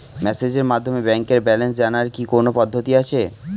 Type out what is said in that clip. মেসেজের মাধ্যমে ব্যাংকের ব্যালেন্স জানার কি কোন পদ্ধতি আছে?